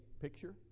picture